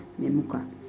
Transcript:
Memuka